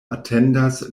atendas